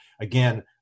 again